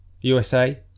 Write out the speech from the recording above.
USA